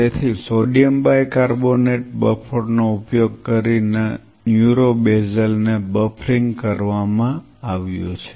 તેથી sodium bicarbonate buffer નો ઉપયોગ કરીને ન્યુરો બેઝલ ને બફરીંગ કરવામાં આવ્યું છે